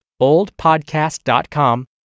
oldpodcast.com